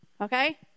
Okay